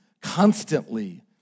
constantly